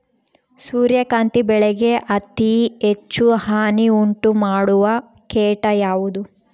ಸೂರ್ಯಕಾಂತಿ ಬೆಳೆಗೆ ಅತೇ ಹೆಚ್ಚು ಹಾನಿ ಉಂಟು ಮಾಡುವ ಕೇಟ ಯಾವುದು?